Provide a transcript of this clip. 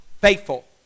Faithful